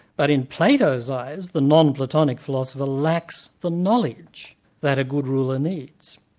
but in plato's eyes, the non-platonic philosopher lacks the knowledge that a good ruler needs.